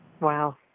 Wow